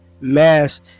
mass